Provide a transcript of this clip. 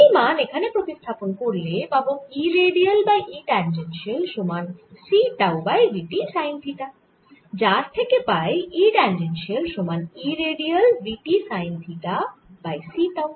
এই মান এখানে প্রতিস্থাপন করলে পাবো E radial by E tangential সমান c tau by v t sine theta যার থেকে পাই E ট্যাঞ্জেনশিয়াল সমান E radial v t sine theta by c tau